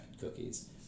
cookies